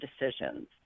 decisions